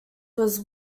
was